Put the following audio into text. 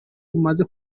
bumaze